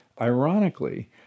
Ironically